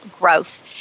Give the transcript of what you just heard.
growth